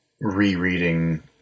rereading